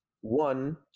One